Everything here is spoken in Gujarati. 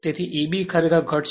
તેથી Eb ખરેખર ઘટશે